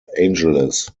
angeles